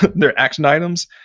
their action items,